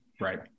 Right